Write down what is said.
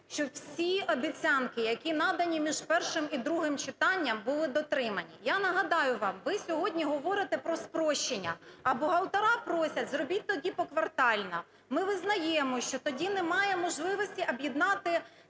щоб всі обіцянки, які надані між першим і другим читанням, були дотримані. Я нагадаю вам, ви сьогодні говорите про спрощення, а бухгалтери просять, зробіть тоді поквартально. Ми визнаємо, що тоді немає можливості об'єднати